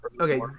Okay